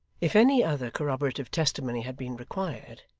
if any other corroborative testimony had been required,